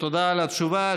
תודה על התשובה.